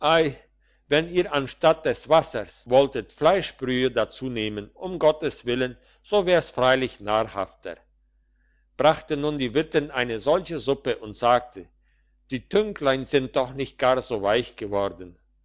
wenn ihr anstatt des wasser wolltet fleischbrühe dazu nehmen um gottes willen so wär's freilich nahrhafter brachte nun die wirtin eine solche suppe und sagte die tünklein sind doch nicht so gar weich geworden